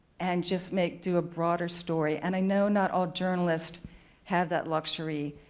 and just make-do a broader story. and i know not all journalists have that luxury.